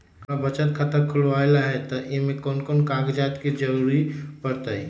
हमरा बचत खाता खुलावेला है त ए में कौन कौन कागजात के जरूरी परतई?